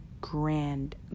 grand